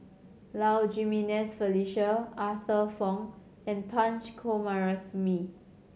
Low Jimenez Felicia Arthur Fong and Punch Coomaraswamy